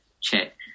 Check